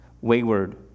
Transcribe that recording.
wayward